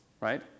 right